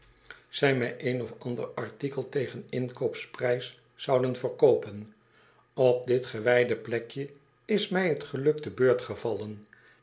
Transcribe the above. zij mij een of ander artikel tegen inkoopsprijs zouden verkoopen op dit gewijde plekje is mij t geluk te beurt gevallen